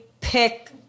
Pick